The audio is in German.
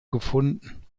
gefunden